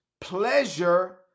pleasure